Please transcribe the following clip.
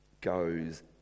goes